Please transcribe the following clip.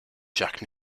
jack